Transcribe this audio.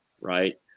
right